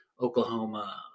Oklahoma